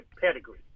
pedigree